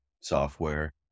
software